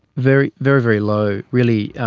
very, very very low really.